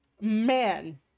man